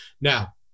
Now